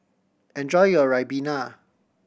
enjoy your ribena